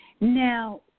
Now